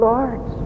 Lord